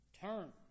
turn